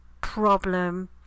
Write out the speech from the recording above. problem